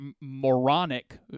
moronic